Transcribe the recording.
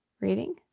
Reading